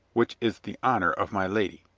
which is the honor of my lady.